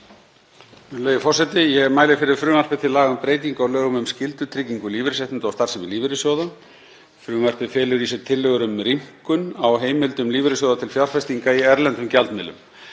Virðulegi forseti. Ég mæli fyrir frumvarpi til laga um breytingu á lögum um skyldutryggingu lífeyrisréttinda og starfsemi lífeyrissjóða. Frumvarpið felur í sér tillögur um rýmkun á heimildum lífeyrissjóða til fjárfestinga í erlendum gjaldmiðlum.